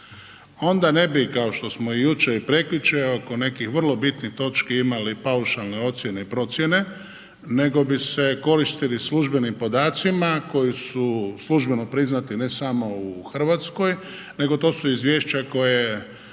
Onda ne bi kao što smo jučer i prekjučer oko nekih vrlo bitnih točki imali paušalne ocjene i procjene, nego bi se koristili službenim podacima koji su službeno priznati ne samo u Hrvatskoj nego to su izvješća koje